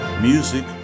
music